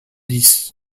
dix